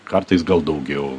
kartais gal daugiau